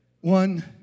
One